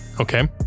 Okay